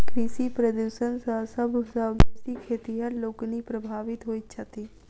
कृषि प्रदूषण सॅ सभ सॅ बेसी खेतिहर लोकनि प्रभावित होइत छथि